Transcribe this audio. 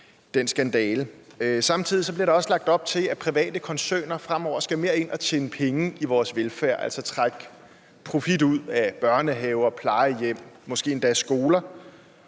Samtidig bliver der også lagt op til, at private koncerner fremover mere skal ind og tjene penge inden for vores velfærd, altså trække profit ud af børnehaver, plejehjem, måske endda skoler